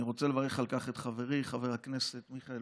אני רוצה לברך את חברי חבר הכנסת מיכאל